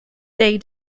they